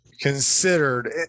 considered